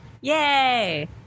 Yay